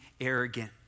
arrogant